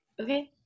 okay